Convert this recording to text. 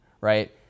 right